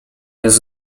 jest